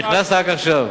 נכנסת רק עכשיו.